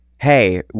Hey